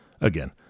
Again